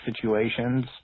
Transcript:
situations